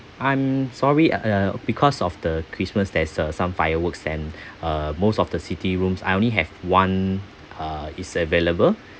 I'm sorry uh because of the christmas there's a some fireworks and uh most of the city rooms I only have one uh is available